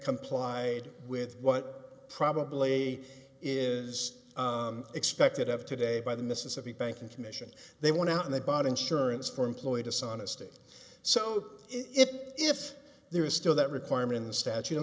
comply with what probably is expected of today by the mississippi banking commission they want out and they bought insurance for employees dishonesty so if if there is still that requirement in the statute